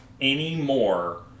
anymore